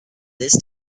this